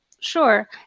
sure